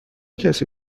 کسی